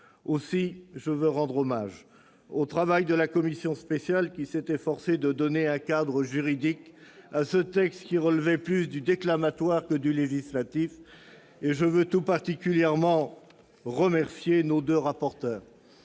déserte. Je veux rendre hommage au travail de la commission spéciale, qui s'est efforcée de donner un cadre juridique à ce texte relevant plus du déclamatoire que du législatif. Je salue tout particulièrement le travail de nos deux rapporteurs.